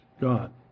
God